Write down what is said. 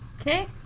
okay